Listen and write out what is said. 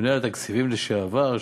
ממונה על התקציבים לשעבר,